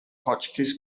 hotchkiss